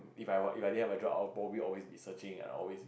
if I what if I didn't have a job I'd probably always be searching I'd always be